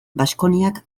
baskoniak